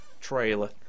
trailer